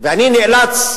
ואני נאלץ,